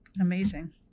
Amazing